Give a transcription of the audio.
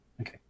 Okay